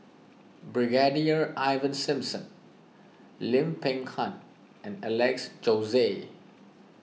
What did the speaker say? Brigadier Ivan Simson Lim Peng Han and Alex Josey